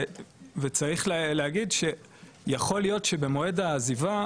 וצריך להגיד שיכול להיות שבמועד העזיבה,